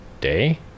day